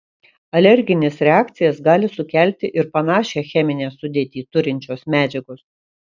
alergines reakcijas gali sukelti ir panašią cheminę sudėtį turinčios medžiagos